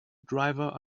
driver